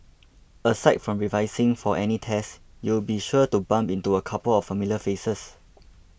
aside from revising for any tests you'll be sure to bump into a couple of familiar faces